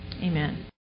Amen